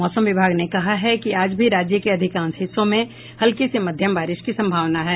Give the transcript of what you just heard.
मौसम विभाग ने कहा है कि आज भी राज्य के अधिकांश हिस्सों में हल्की से मध्यम बारिश की सम्भावना है